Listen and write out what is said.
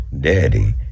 Daddy